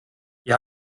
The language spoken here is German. ihr